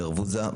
נרבוזה,